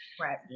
right